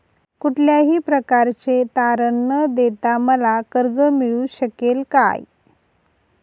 कुठल्याही प्रकारचे तारण न देता मला कर्ज मिळू शकेल काय?